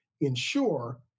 ensure